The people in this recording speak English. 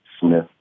Smith